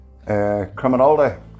Criminality